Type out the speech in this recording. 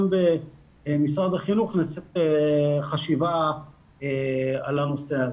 במשרד החינוך נעשית חשיבה על הנושא הזה.